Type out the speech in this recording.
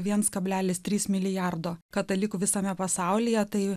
viens kablelis trys milijardo katalikų visame pasaulyje tai